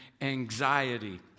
anxiety